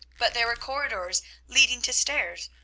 but there were corridors leading to stairs,